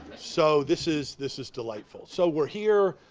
so this is this is delightful. so we're here